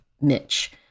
Mitch